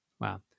Wow